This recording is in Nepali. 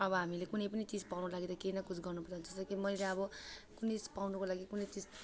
अब हामीले कुनै पनि चिज पाउनु लागि त केही न कुछ गर्नुपऱ्यो जस्तो कि मैले अब कुनै चिज पाउनुको लागि पनि चिज